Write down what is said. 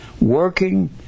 working